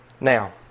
Now